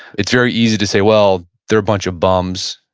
it's very easy to say, well, they're a bunch of bums.